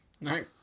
no